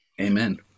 Amen